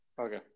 Okay